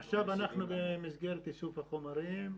עכשיו אנחנו בשלב איסוף החומרים.